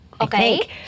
Okay